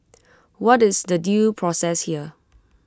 what is the due process here